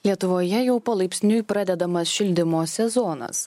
lietuvoje jau palaipsniui pradedamas šildymo sezonas